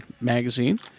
magazine